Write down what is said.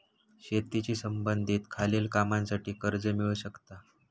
शेतीशी संबंधित खालील कामांसाठी कर्ज मिळू शकता